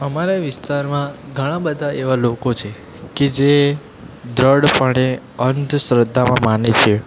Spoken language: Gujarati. અમારા વિસ્તારમાં ઘણા બધા એવા લોકો છે કે જે દૃઢપણે અંધશ્રદ્ધામાં માને છે